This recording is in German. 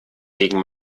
gegen